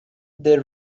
they